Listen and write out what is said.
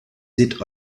seht